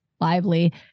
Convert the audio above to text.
lively